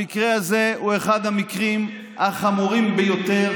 המקרה הזה הוא אחד המקרים החמורים ביותר.